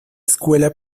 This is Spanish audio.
escuela